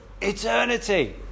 Eternity